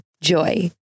Joy